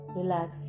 relax